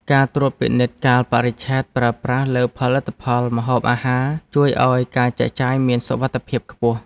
ការត្រួតពិនិត្យកាលបរិច្ឆេទប្រើប្រាស់លើផលិតផលម្ហូបអាហារជួយឱ្យការចែកចាយមានសុវត្ថិភាពខ្ពស់។